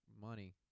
money